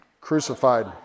Crucified